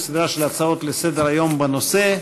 לסדרה של הצעות לסדר-היום בנושא.